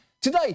Today